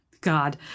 God